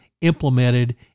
implemented